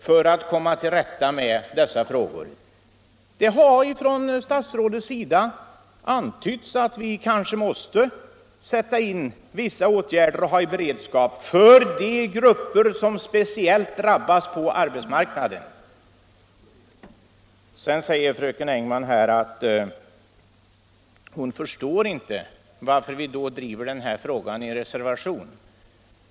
Statsrådet har också antytt att vi måste ha en beredskap för att sätta in vissa åtgärder för grupper som speciellt drabbas på arbetsmarknaden. Fröken Engman förstår inte heller varför vi driver denna fråga genom en reservation.